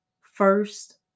first